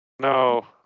No